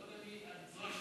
ניצולי